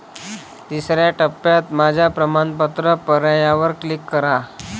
तिसर्या टप्प्यात माझ्या प्रमाणपत्र पर्यायावर क्लिक करा